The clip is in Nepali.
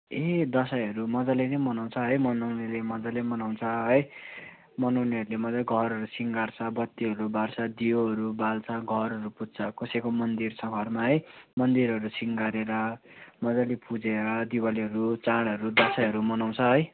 ए दसैँहरू मज्जाले नै मनाउँछ है मनाउनेले मज्जाले मनाउँछ है मनाउनेहरूले मज्जाले घरहरू सिँगार्छ बत्तीहरू बाल्छ दियोहरू बाल्छ घरहरू पुज्छ कसैको मन्दिर छ घरमा है मन्दिरहरू सिँगारेर मज्जाले पुजेर दिवालीहरू चाडहरू दसैँहरू मनाउँछ है